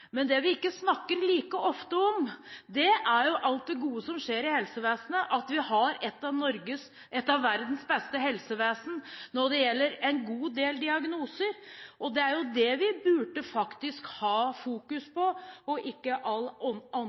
men det vi ikke snakker like ofte om, er alt det gode som skjer i helsevesenet, at vi har et av verdens beste helsevesen når det gjelder en god del diagnoser, og det er det vi faktisk burde ha fokus på, og ikke all